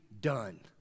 done